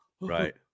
Right